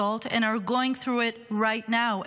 and are going through it right now,